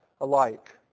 alike